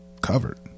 covered